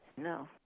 no